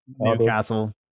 Newcastle